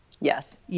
Yes